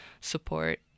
support